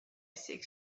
six